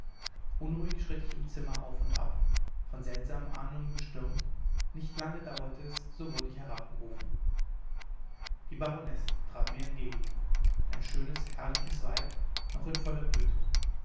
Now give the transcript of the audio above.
unruhig schritt ich im zimmer auf und ab von seltsamen ahnungen bestürmt nicht lange dauerte es so wurde ich herabgerufen die baronesse trat mir entgegen ein schönes herrliches weib noch in voller blüte